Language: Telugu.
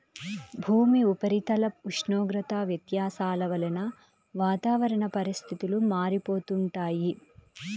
భూమి ఉపరితల ఉష్ణోగ్రత వ్యత్యాసాల వలన వాతావరణ పరిస్థితులు మారిపోతుంటాయి